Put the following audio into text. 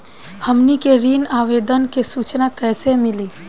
हमनी के ऋण आवेदन के सूचना कैसे मिली?